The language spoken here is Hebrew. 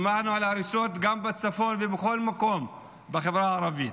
שמענו על הריסות גם בצפון ובכל מקום בחברה הערבית.